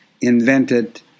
invented